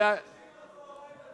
ביום שישי בצהריים היתה